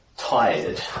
tired